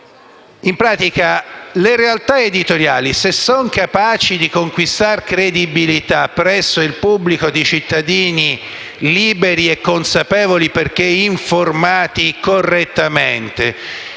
e cartacei, naturalmente - sono capaci di conquistare credibilità presso il pubblico di cittadini liberi e consapevoli, perché informati correttamente,